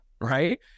right